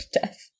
death